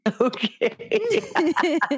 Okay